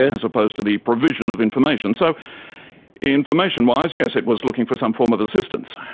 as opposed to the provision of information. so information wise, yes, it was looking for some form of assistance.